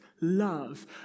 love